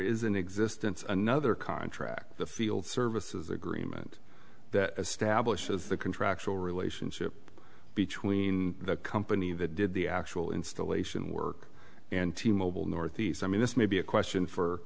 is an existence another contract the field services agreement that stablish is the contractual relationship between the company that did the actual installation work and t mobile ne i mean this may be a question for